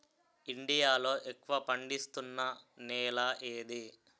India లో ఎక్కువ పండిస్తున్నా నేల ఏది?